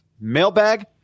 mailbag